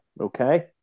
Okay